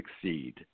succeed